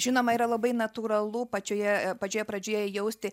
žinoma yra labai natūralu pačioje pačioje pradžioje jausti